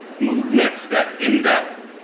movements that end up